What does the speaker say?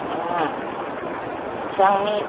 समित